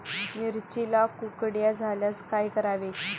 मिरचीला कुकड्या झाल्यास काय करावे?